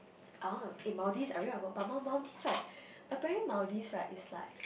I want eh in Maldives I really want to go but mal~ mal~ Maldives right apparently Maldives right it's like